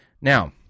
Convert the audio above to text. Now